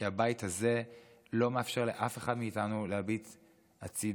כי הבית הזה לא מאפשר לאף אחד מאיתנו להביט הצידה.